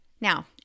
Now